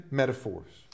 metaphors